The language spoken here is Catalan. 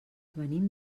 venim